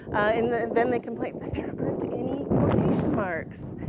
and then they complained, but there aren't any quotation marks,